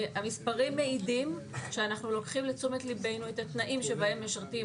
המספרים מעידים שאנחנו לוקחים לתשומת ליבנו את התנאים שבהם משרתים